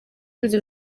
nzi